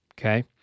okay